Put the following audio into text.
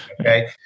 okay